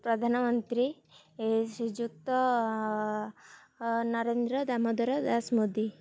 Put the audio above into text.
ପ୍ରଧାନମନ୍ତ୍ରୀ ଶ୍ରୀଯୁକ୍ତ ନରେନ୍ଦ୍ର ଦାମୋଦର ଦାସ୍ ମୋଦି